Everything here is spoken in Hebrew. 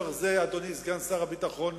אדוני סגן שר הביטחון,